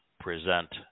present